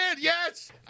yes